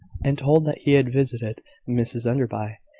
and told that he had visited mrs enderby,